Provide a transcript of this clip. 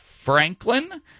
Franklin